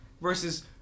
versus